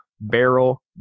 barrel